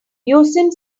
using